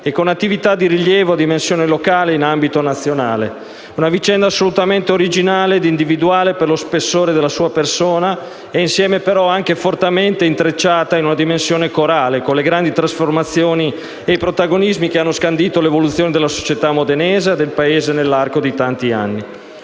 e con attività di rilievo a dimensione locale ed in ambito nazionale: una vicenda assolutamente originale ed individuale, per lo spessore della sua persona e insieme, però, anche fortemente intrecciata, in una dimensione corale, con le grandi trasformazioni e i protagonismi che hanno scandito l'evoluzione della società modenese e del Paese nell'arco di tanti anni.